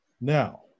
Now